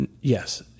Yes